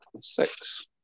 six